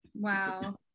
Wow